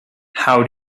how